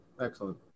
Excellent